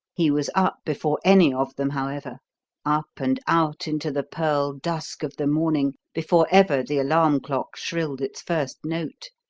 he was up before any of them, however up and out into the pearl-dusk of the morning before ever the alarm-clock shrilled its first note,